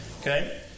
okay